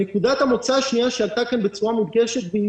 נקודת המוצא השנייה שעלתה כאן בצורה מודגשת והיא